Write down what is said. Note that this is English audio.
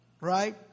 Right